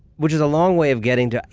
which is a long way of getting to.